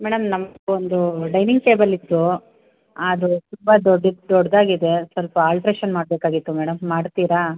madam ನಮಗೊಂದು dining table ಇತ್ತು ಆದು ತುಂಬ ದೊಡ್ಡ ಇತ್ತು ದೊಡ್ಡದಾಗಿದೆ ಸ್ವಲ್ಪ ಆಲ್ಟ್ರೇಶನ್ ಮಾಡಬೇಕಾಗಿತ್ತು ಮೇಡಮ್ ಮಾಡ್ತೀರಾ